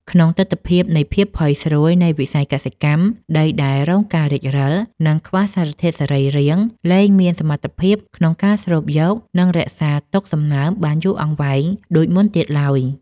ក្នុងទិដ្ឋភាពនៃភាពផុយស្រួយនៃវិស័យកសិកម្ម ដីដែលរងការរិចរឹល និងខ្វះសារធាតុសរីរាង្គ លែងមានសមត្ថភាពក្នុងការស្រូបយក និងរក្សាទុកសំណើមបានយូរអង្វែងដូចមុនទៀតឡើយ។